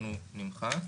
אנחנו נמחק.